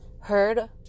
heard